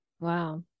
Wow